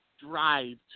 drive